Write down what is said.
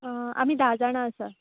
आ आमी धा जाणां आसा